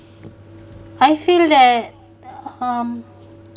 I feel that um